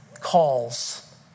calls